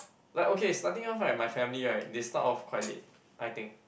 like okay is nothing else right my family right they start off quite late I think